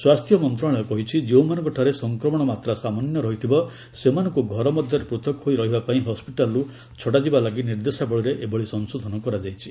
ସ୍ୱାସ୍ଥ୍ୟ ମନ୍ତ୍ରଣାଳୟ କହିଛି ଯେଉଁମାନଙ୍କଠାରେ ସଂକ୍ରମଣ ମାତ୍ରା ସାମାନ୍ୟ ରହିଥିବ ସେମାନଙ୍କୁ ଘର ମଧ୍ୟରେ ପୂଥକ ହୋଇ ରହିବା ପାଇଁ ହସ୍ୱିଟାଲ୍ରୁ ଛଡ଼ାଯିବା ଲାଗି ନିର୍ଦ୍ଦେଶାବଳୀରେ ଏଭଳି ସଂଶୋଧନ କରାଯାଇଛି